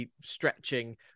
stretching